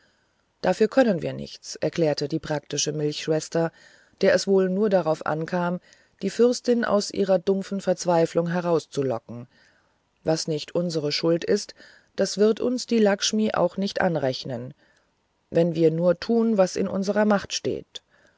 dafür können wir nichts erklärte die praktische milchschwester der es wohl nur darauf ankam die fürstin aus ihrer dumpfen verzweiflung herauszulocken was nicht unsere schuld ist das wird uns die lackshmi auch nicht anrechnen wenn wir nur tun was in unserer macht steht